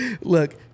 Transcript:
Look